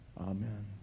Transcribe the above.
Amen